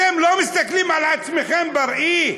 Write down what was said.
אתם לא מסתכלים על עצמכם בראי?